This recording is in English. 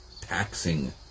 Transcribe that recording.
taxing